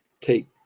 take